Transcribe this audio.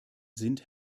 sind